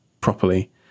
properly